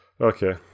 Okay